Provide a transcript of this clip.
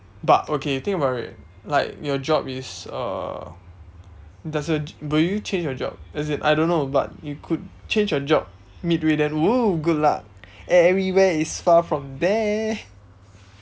but okay you think about it like your job is uh does your j~ will you change your job as in I don't know but you could change your job midway then !woo! good luck everywhere is far from there